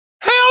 Hell